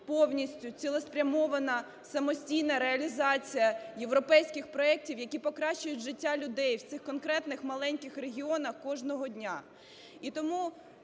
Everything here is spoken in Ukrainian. повністю цілеспрямована самостійна реалізація європейських проектів, які покращують життя людей в цих конкретних маленьких регіонах кожного дня. І тому